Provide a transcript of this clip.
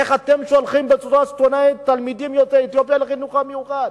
איך אתם שולחים בצורה סיטונית תלמידים יוצאי אתיופיה לחינוך המיוחד.